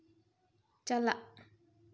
ᱪᱟᱞᱟᱜ